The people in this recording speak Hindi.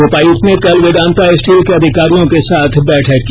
उपायुक्त ने कल वेदांता स्टील के अधिकारियों के साथ बैठक की